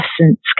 essence